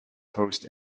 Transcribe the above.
host